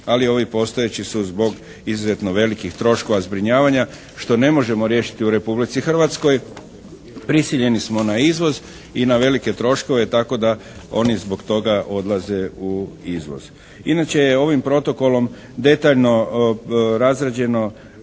Ali ovi postojeći su zbog izuzetno velikih troškova zbrinjavanja, što ne možemo riješiti u Republici Hrvatskoj, prisiljeni smo na izvoz i na velike troškove. Tako da oni zbog toga odlaze u izvoz. Inače je ovim Protokolom detaljno razrađeno